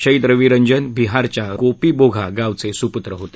शहीद रवि रंजन बिहारच्या गोपीबोघा गावचे सुपुत्र होते